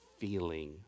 feeling